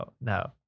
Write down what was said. no